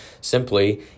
simply